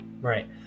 right